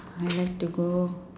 I like to go